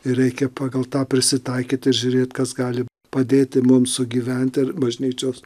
ir reikia pagal tą prisitaikyti ir žiūrėt kas gali padėti mums sugyventi ar bažnyčios